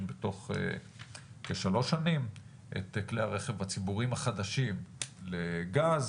בתוך כשלוש שנים את כלי הרכב הציבוריים החדשים לגז,